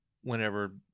whenever